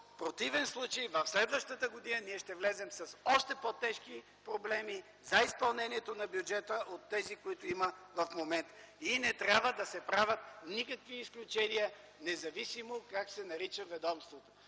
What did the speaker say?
противен случай следващата година ние ще влезем с още по-тежки проблеми за изпълнението на бюджета от тези, които има в момента. Не трябва да се правят никакви изключения, независимо как се нарича ведомството